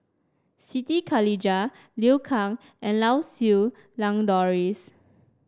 Siti Khalijah Liu Kang and Lau Siew Lang Doris